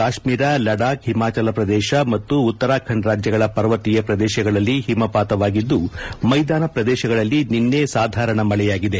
ಕಾಶ್ವೀರ ಲಡಾಖ್ ಹಿಮಾಚಲ ಪ್ರದೇಶ ಮತ್ತು ಉತ್ತರಾಖಂಡ್ ರಾಜ್ಯಗಳ ಪರ್ವತೀಯ ಪ್ರದೇಶಗಳಲ್ಲಿ ಹಿಮಪಾತವಾಗಿದ್ದು ಮೈದಾನ ಪ್ರದೇಶಗಳಲ್ಲಿ ನಿನ್ನೆ ಸಾಧಾರಣ ಮಳೆಯಾಗಿದೆ